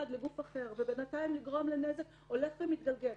לגוף אחר ובינתיים לגרום לנזק הולך ומתגלגל.